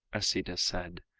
asita said,